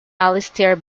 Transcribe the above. alistair